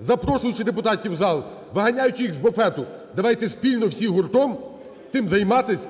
запрошуючи депутатів в зал, виганяючи їх з буфету. Давайте спільно всі гуртом тим займатися